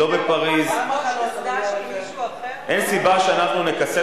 בין היתר בשל כך שרכיבה על אופניים מסייעת בהתמודדות